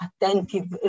attentive